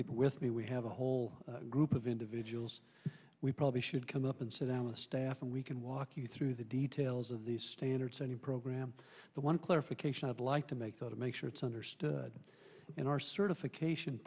people with me we have a whole group of individuals we probably should come up and sit on the staff and we can walk you through the details of these standards any program the one clarification i'd like to make the to make sure it's understood in our certification